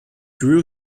drew